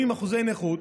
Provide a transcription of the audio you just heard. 180% נכות,